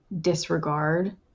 disregard